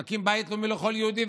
אני מקים בית לאומי לכל יהודי.